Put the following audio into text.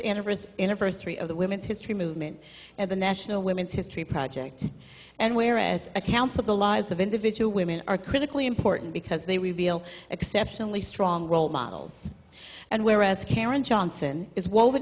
anniversary in a first three of the women's history movement and the national women's history project and whereas accounts of the lives of individual women are critically important because they reveal exceptionally strong role models and whereas karen johnson is woven